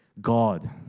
God